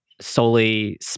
solely